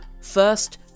First